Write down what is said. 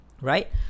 right